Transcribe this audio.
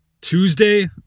Tuesday